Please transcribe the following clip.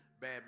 bad